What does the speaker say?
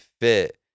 fit